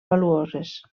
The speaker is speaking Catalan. valuoses